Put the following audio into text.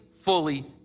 fully